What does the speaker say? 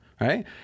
right